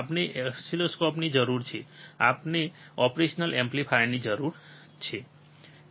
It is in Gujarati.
આપણને ઓસિલોસ્કોપની જરૂર છે અને આપણને ઓપરેશનલ એમ્પ્લીફાયરની જરૂર છે